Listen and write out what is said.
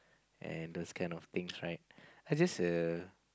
and those kind of things right I just err